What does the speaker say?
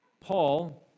Paul